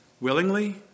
willingly